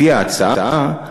לפי ההצעה,